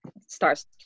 starts